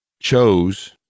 chose